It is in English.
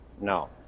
No